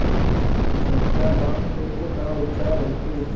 संखिया पान करी त का उपचार होखे?